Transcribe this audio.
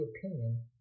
opinion